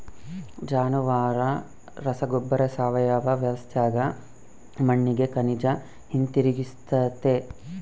ಜಾನುವಾರ ಗೊಬ್ಬರ ಸಾವಯವ ವ್ಯವಸ್ಥ್ಯಾಗ ಮಣ್ಣಿಗೆ ಖನಿಜ ಹಿಂತಿರುಗಿಸ್ತತೆ